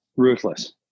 ruthless